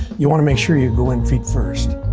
you want to make sure you go in feet first.